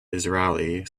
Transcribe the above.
israeli